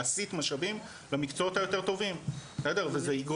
להסית משאבים למקצועות היותר טובים וזה גם